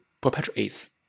perpetuates